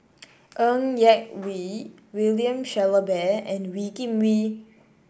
Ng Yak Whee William Shellabear and Wee Kim Wee